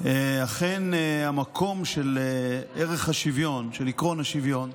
אכן המקום של ערך השוויון, של עקרון השוויון,